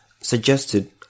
suggested